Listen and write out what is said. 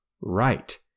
right